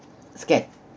scared